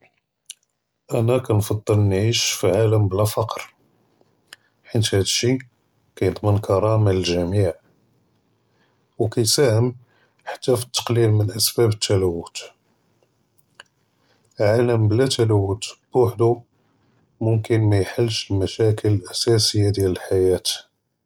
אַנָא כַּנְפַדֵּל נְעַיֵּש פִּעָלַם בְּלַא פַּקֶּר, חֵית הָאדִי כַּיְדַמֶּן כְּרָאמַה לְלְגַ'מִيع, וְכַיִסַהֵם חַתַּּא פִּתַּקְלִיל מִן אַסְבַּאב אֶת-תְּלוּת, עָלַם בְּלַא תְּלוּת בּוּחְדוֹ מֻכְתַּנְשׁ מִשַׁאקֵל אֶלְאַסָּאסִיָּה דִּיַאל אֶלְחַיַאת.